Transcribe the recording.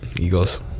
Eagles